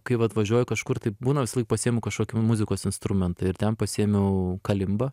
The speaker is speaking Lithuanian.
kai vat važiuoju kažkur tai būna visąlaik pasiimu kažkokį muzikos instrumentą ir ten pasiėmiau kalimbą